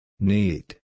Need